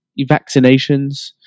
vaccinations